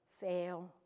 fail